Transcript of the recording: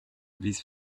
these